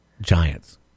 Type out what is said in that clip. giants